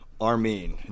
armin